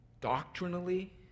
doctrinally